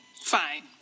fine